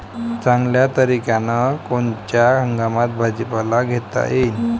चांगल्या तरीक्यानं कोनच्या हंगामात भाजीपाला घेता येईन?